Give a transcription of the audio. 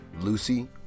Lucy